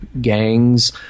gangs